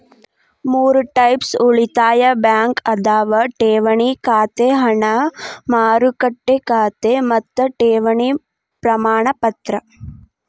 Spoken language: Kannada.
ಮೂರ್ ಟೈಪ್ಸ್ ಉಳಿತಾಯ ಬ್ಯಾಂಕ್ ಅದಾವ ಠೇವಣಿ ಖಾತೆ ಹಣ ಮಾರುಕಟ್ಟೆ ಖಾತೆ ಮತ್ತ ಠೇವಣಿ ಪ್ರಮಾಣಪತ್ರ